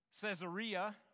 Caesarea